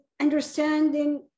understanding